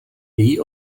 její